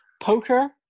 Poker